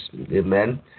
amen